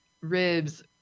ribs